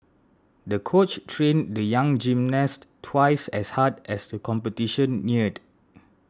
the coach trained the young gymnast twice as hard as the competition neared